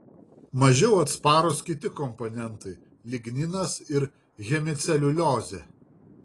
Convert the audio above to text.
mažiau atsparūs kiti komponentai ligninas ir hemiceliuliozė